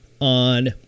on